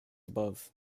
above